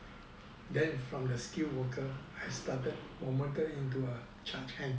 then from the skilled worker I started promoted into a charge hand